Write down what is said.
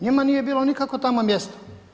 Njima nije bilo nikako tamo mjesto.